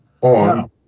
on